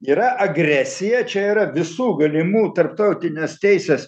yra agresija čia yra visų galimų tarptautinės teisės